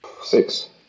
Six